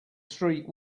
street